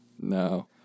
No